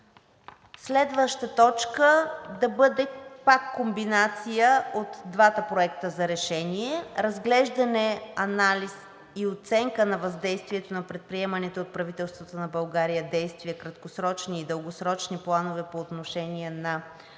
Следваща точка да бъде пак комбинация от двата проекта за решение – разглеждане, анализ и оценка на въздействието на предприеманите от правителството на България действия – краткосрочни и дългосрочни планове, по отношение на доставките